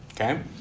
Okay